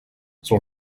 son